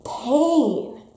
pain